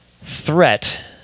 threat